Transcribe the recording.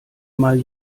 mal